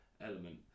element